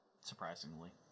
surprisingly